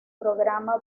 programa